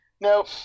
Now